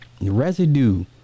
residue